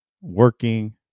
working